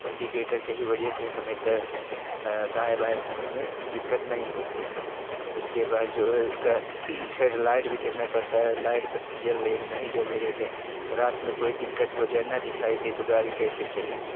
indicator के ही वजह से हमेशा दाएँ बाएँ घूमने में दिक़्क़त नहीं होती है उसके बाद जो है उसकी हेडलाइट भी देखना पड़ता है लाइट बत्ती जल रही है कि नहीं चल रही है रात में कोई दिक़्क़त हो जाए ना दिखाई दे तो गाड़ी कैसे चलेगी